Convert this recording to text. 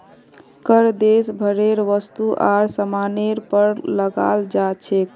कर देश भरेर वस्तु आर सामानेर पर लगाल जा छेक